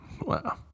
Wow